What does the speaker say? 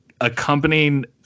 accompanying